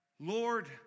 Lord